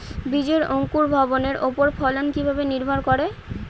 বীজের অঙ্কুর ভবনের ওপর ফলন কিভাবে নির্ভর করে?